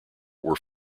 were